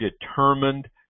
determined